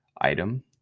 item